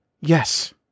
yes